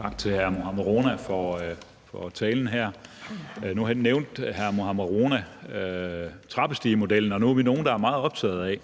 Tak til Mohammad Rona for talen. Nu nævnte hr. Mohammad Rona trappestigemodellen, og der er vi nogle, der er meget optaget af,